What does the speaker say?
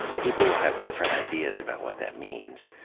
people will have different ideas about what that means.